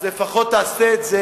אז לפחות תעשה את זה